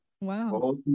Wow